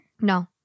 No